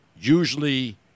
usually